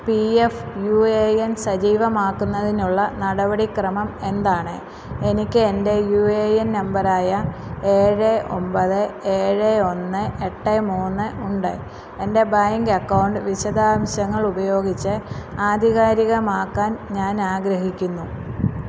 P F U A N സജീവമാക്കുന്നതിനുള്ള നടപടിക്രമം എന്താണ് എനിക്ക് എൻ്റെ യു എ എൻ നമ്പർ ആയ ഏഴ് ഒമ്പത് ഏഴ് ഒന്ന് എട്ട് മൂന്ന് ഉണ്ട് എൻ്റെ ബാങ്ക് അക്കൗണ്ട് വിശദാംശങ്ങൾ ഉപയോഗിച്ച് ആധികാരികമാക്കാൻ ഞാൻ ആഗ്രഹിക്കുന്നു